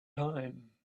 time